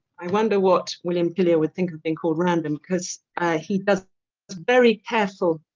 i wonder what william tillyer would think of being called random because he does very careful,